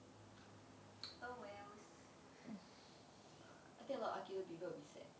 oh wells I think a lot of aikido people will be sad